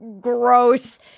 gross